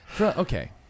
Okay